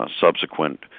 subsequent